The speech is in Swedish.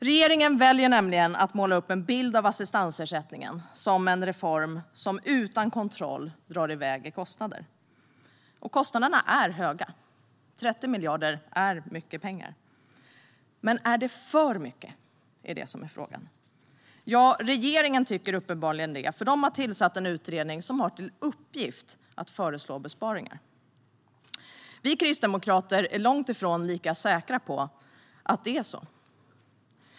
Regeringen väljer att måla upp en bild av assistansersättningen som en reform där kostnaderna drar iväg utan kontroll. Kostnaderna är höga; 30 miljarder är mycket pengar. Men är det för mycket? Ja, regeringen tycker uppenbarligen det, för man har tillsatt en utredning som har till uppgift att föreslå besparingar. Vi kristdemokrater är långt ifrån lika säkra på att det är så.